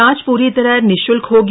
जांच पूरी तरह निश्ल्क होगी